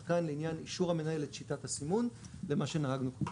כאן לעניין אישור המנהל לשיטת הסימון למה שנהגנו.